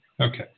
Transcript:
Okay